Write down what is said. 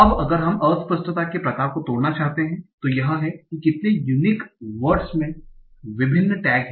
अब अगर हम अस्पष्टता के प्रकार को तोड़ना चाहते हैं तो यह है कि कितने यूनिक वर्ड्स में विभिन्न टैग हैं